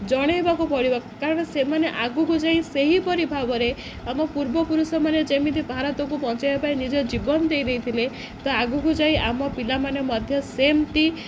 ଜଣାଇବାକୁ ପଡ଼ିବ କାରଣ ସେମାନେ ଆଗକୁ ଯାଇ ସେହିପରି ଭାବରେ ଆମ ପୂର୍ବପୁରୁଷମାନେ ଯେମିତି ଭାରତକୁ ବଞ୍ଚାଇବା ପାଇଁ ନିଜ ଜୀବନ ଦେଇ ଦେଇ ଥିଲେ ତ ଆଗକୁ ଯାଇ ଆମ ପିଲାମାନେ ମଧ୍ୟ ସେମିତି